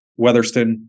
Weatherston